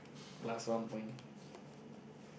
plus one point